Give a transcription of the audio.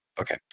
Okay